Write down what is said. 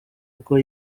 ubwo